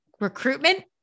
recruitment